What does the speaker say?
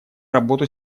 работу